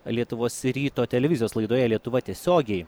lietuvos ryto televizijos laidoje lietuva tiesiogiai